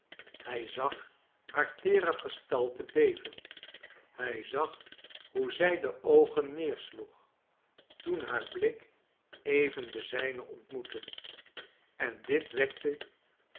hij zag haar teere gestalte beven hij zag hoe zij de oogen neersloeg toen haar blik even den zijnen ontmoette en dit wekte